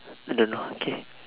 I don't know okay